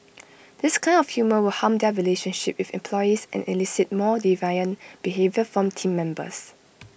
this kind of humour will harm their relationship with employees and elicit more deviant behaviour from Team Members